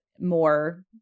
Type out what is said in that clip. more